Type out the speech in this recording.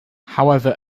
however